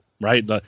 right